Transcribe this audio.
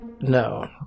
No